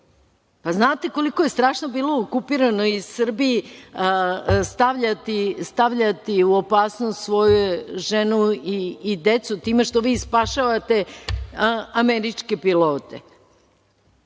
li znate koliko je strašno bilo u okupiranoj Srbiji stavljati u opasnost svoju ženu i decu time što vi spašavate američke pilote?